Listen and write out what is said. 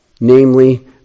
Namely